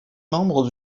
membres